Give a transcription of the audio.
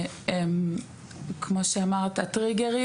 כמו שאמרת, טריגרים.